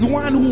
one